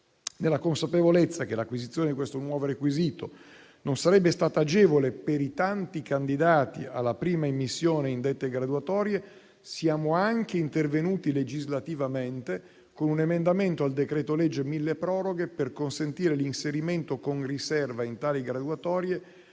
Nella consapevolezza che l'acquisizione di questo nuovo requisito non sarebbe stata agevole per i tanti candidati alla prima immissione in dette graduatorie, siamo anche intervenuti legislativamente, con un emendamento al decreto-legge milleproroghe, per consentire l'inserimento con riserva in tali graduatorie